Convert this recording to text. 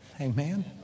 Amen